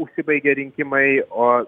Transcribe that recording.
užsibaigė rinkimai o